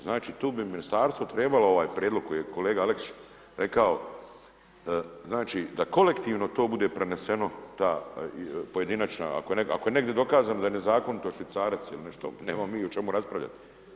Znači, tu bi Ministarstvo trebalo ovaj prijedlog koji je kolega Aleksić rekao, znači da kolektivno to bude preneseno, taj pojedinačna, ako je negdje dokazano da je nezakonito Švicarac ili nešto, nemamo mi o čemu raspravljati.